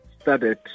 studied